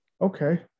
Okay